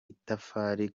itafari